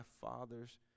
father's